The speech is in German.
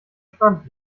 strand